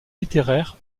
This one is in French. littéraires